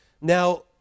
Now